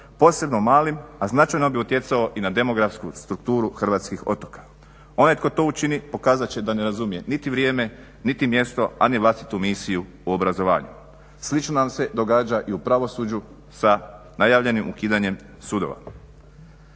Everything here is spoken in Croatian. posebno malim, a značajno bi utjecao i na demografsku strukturu hrvatskih otoka. Onaj tko to učini pokazat će da ne razumije niti vrijeme, niti mjesto, a niti vlastitu misiju u obrazovanju. Slično nam se događa i u pravosuđu sa najavljenim ukidanje sudova.